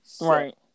Right